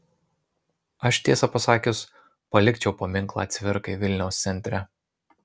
aš tiesą pasakius palikčiau paminklą cvirkai vilniaus centre